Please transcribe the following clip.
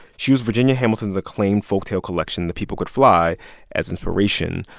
she used virginia hamilton's acclaimed folktale collection the people could fly as inspiration,